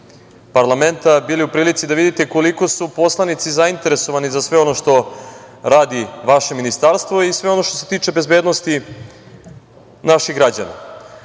parlamenta, bili u prilici da vidite koliko su poslanici zainteresovani za sve ono što radi vaše Ministarstvo i sve ono što se tiče bezbednosti naših građana. Na